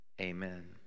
amen